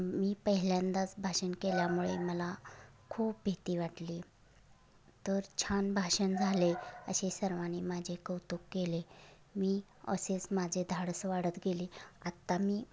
मी पहिल्यांदाच भाषण केल्यामुळे मला खूप भीती वाटली तर छान भाषण झाले असे सर्वांनी माझे कौतुक केले मी असेच माझे धाडस वाढत गेले आत्ता मी